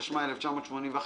התשמ"א 1981,